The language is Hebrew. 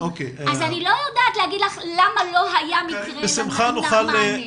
אז אני לא יודעת למה לא היה לנער מענה.